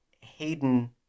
Hayden